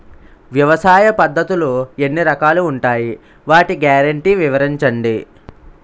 వ్యవసాయ పద్ధతులు ఎన్ని రకాలు ఉంటాయి? వాటి గ్యారంటీ వివరించండి?